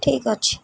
ଠିକ୍ ଅଛି